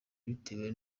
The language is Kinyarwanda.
bitewe